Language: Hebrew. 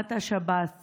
להנהלת השב"ס